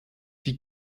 die